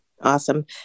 Awesome